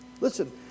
Listen